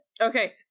Okay